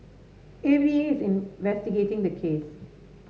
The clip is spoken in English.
A V A is investigating the case